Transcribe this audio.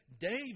David